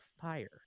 fire